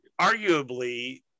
arguably